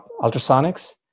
ultrasonics